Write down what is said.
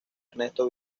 ernesto